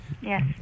Yes